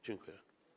Dziękuję.